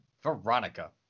Veronica